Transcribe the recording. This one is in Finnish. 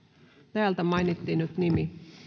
täältä mainittiin nyt nimi